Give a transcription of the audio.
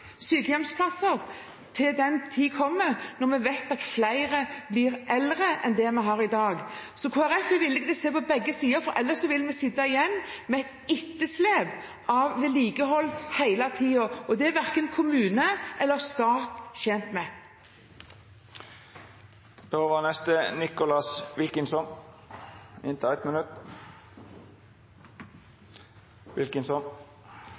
sykehjemsplasser til tiden som kommer, når vi vet at det blir flere eldre enn det vi har i dag. Kristelig Folkeparti er villig til å se på begge sider, for ellers vil vi sitte igjen med et vedlikeholdsetterslep hele tiden, og det er verken kommunene eller staten tjent med.